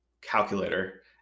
calculator